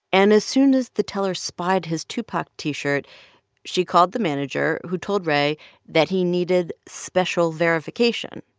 and as soon as the teller spied his tupac t-shirt she called the manager, who told ray that he needed special verification.